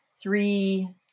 three